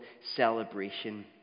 celebration